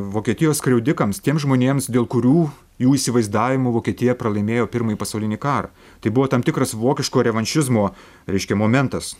vokietijos skriaudikams tiems žmonėms dėl kurių jų įsivaizdavimu vokietija pralaimėjo pirmąjį pasaulinį karą tai buvo tam tikras vokiško revanšizmo reiškia momentas